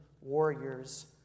warriors